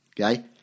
Okay